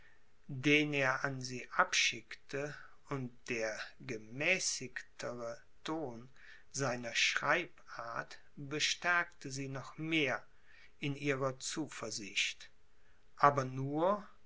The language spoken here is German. den er an sie abschickte und der gemäßigtere ton seiner schreibart bestärkte sie noch mehr in ihrer zuversicht aber nur